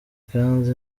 kandi